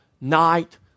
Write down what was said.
night